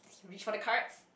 reach for the cards